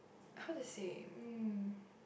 how to say um